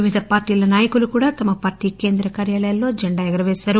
వివిధ పార్టీల నాయకులు కూడా తమ పార్టీ కేంద్ర కార్యాలయాల్లో జెండాను ఎగురపేశారు